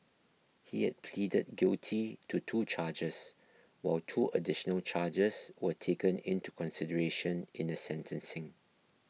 he had pleaded guilty to two charges while two additional charges were taken into consideration in the sentencing